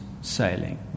sailing